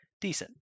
decent